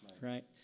right